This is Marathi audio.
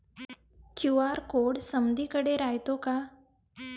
क्यू.आर कोड समदीकडे रायतो का?